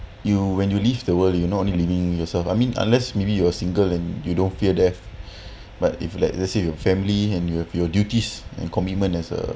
you when you leave the world you not relieving yourself I mean unless maybe you are single and you don't fear death but if like let's say your family and you have your duties and commitment as a